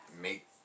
make